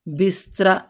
ਬਿਸਤਰਾ